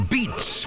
Beats